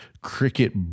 cricket